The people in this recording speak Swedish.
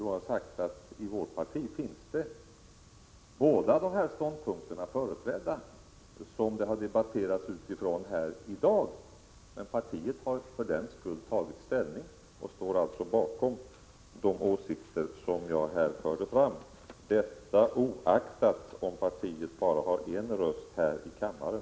Jag vill tillägga att båda dessa ståndpunkter, som det har debatterats om här i dag, finns företrädda i vårt parti. Men partiet har för den skull tagit ställning och står alltså bakom de åsikter som jag här förde fram — oaktat om partiet bara har en röst här i kammaren.